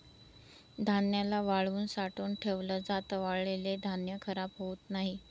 धान्याला वाळवून साठवून ठेवल जात, वाळलेल धान्य खराब होत नाही